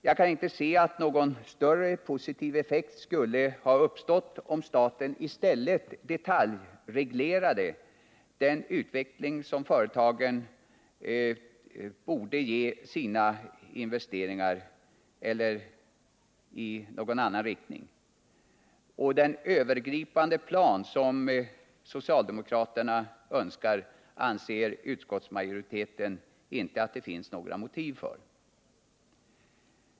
Jag kan inte se att någon större positiv Onsdagen den effekt skulle ha uppstått om staten i stället detaljreglerat den inriktning 23 maj 1979 företagen borde ge sina investeringar. Den övergripande plan som socialdemokraterna önskar anser utskottsmajoriteten inte att det finns några motiv för.